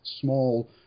small